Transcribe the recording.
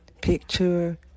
Picture